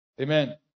Amen